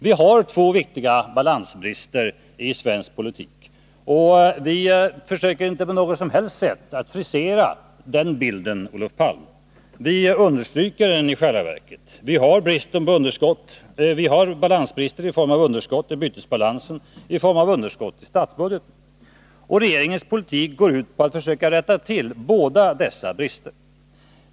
Vi har två viktiga balansbrister i svensk ekonomi, och vi försöker inte på något sätt frisera den bilden, Olof Palme. Vi understryker den i själva verket. Vi har balansbrist i form av underskott i bytesbalansen och i form av underskott i statsbudgeten. Regeringens politik går ut på att försöka rätta till båda dessa brister.